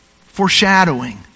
Foreshadowing